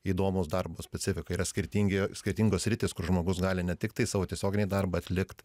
įdomūs darbo specifika yra skirtingi skirtingos sritys kur žmogus gali ne tiktai savo tiesioginį darbą atlikt